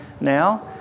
now